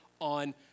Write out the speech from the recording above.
on